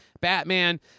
Batman